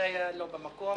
-- זה היה לא במקום.